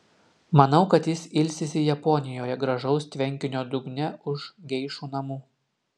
manau kad jis ilsisi japonijoje gražaus tvenkinio dugne už geišų namų